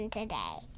today